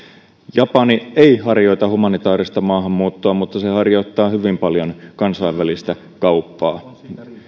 japani ei harjoita humanitaarista maahanmuuttoa mutta se harjoittaa hyvin paljon kansainvälistä kauppaa